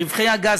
רווחי הגז,